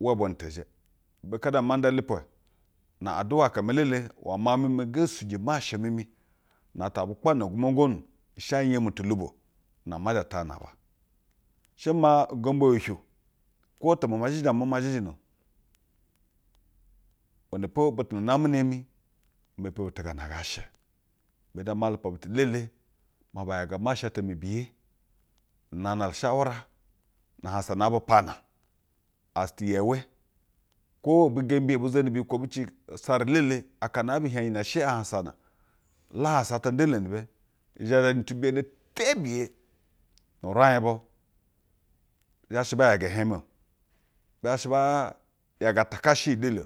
uwa bwonu te zhe. Ibe kaa du ama nda ilipwe na aduwa aka me. Elele uwa miau-j mimi ge suji masha mimi na atwa vwe kpaa-j na gwo mangonu she anya mi tuluba na ma zha tahagnu na aba. She maa ugombo hiuhiu o kwo te mama zhizhina mama zhizhina o. Iwena po butu na name nemi mepi butu gaa na ngaa she. Ibe fu ama lupa butu elele maa ba yaga masha ata mi biye. Nanda shawura na ahansa au bu pana. As te yeu kwo e bi gembi ebi xeni biyi kwo ebi ci usara elele, aka ɛe bi hiej iyi she ahana na la ahansa ata nda ule ni be, i zhe zhe ni timbiyono tebiye. Nu uraij bu. Bi zha yaga hiewe o. Bi zha ba yaga taka she iyi elda.